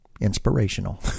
inspirational